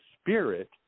spirit